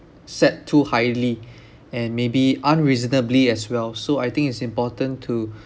set to highly and maybe unreasonably as well so I think it's important to